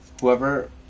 Whoever